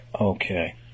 Okay